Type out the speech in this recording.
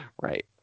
Right